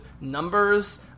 numbers